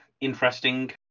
interesting